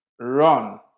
run